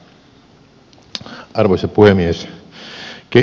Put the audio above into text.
arvoisa puhemies